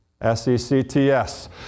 S-E-C-T-S